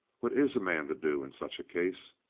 what is a man to do in such a case?